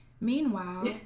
Meanwhile